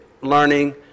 learning